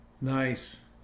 Nice